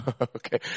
Okay